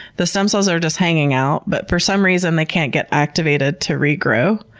the stem cells are just hanging out, but for some reason they can't get activated to regrow.